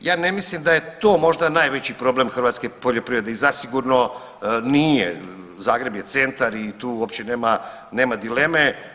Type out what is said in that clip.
Ja ne mislim da je to možda najveći problem hrvatske poljoprivrede i zasigurno nije, Zagreb je centar i tu uopće nema dileme.